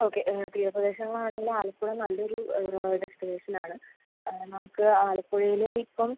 okay തീരപ്രദേശങ്ങളാണെങ്കിൽ ആലപ്പുഴ നല്ലൊരു destination ആണ് നമുക്ക് ആലപ്പുഴയിൽ ഇപ്പം